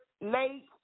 late